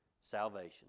salvation